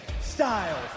Styles